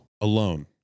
Alone